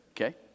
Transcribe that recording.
Okay